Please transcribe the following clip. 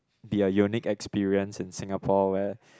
their unique experience in Singapore where